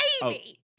baby